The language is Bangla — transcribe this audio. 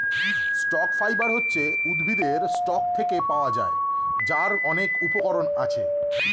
স্টক ফাইবার হচ্ছে উদ্ভিদের স্টক থেকে পাওয়া যায়, যার অনেক উপকরণ আছে